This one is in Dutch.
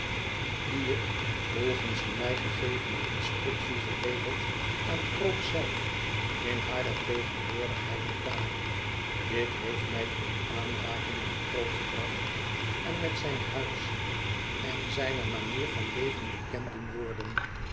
geregeld aan krook zelf in hare tegenwoordigheid betaal dit heeft mij in aanraking met krook gebracht en met zijn huis en zijne manier van mo het verlaten huis leven bekend doen worden